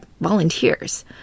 volunteers